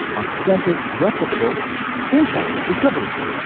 authentic, replicable insights, discoveries,